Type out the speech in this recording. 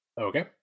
okay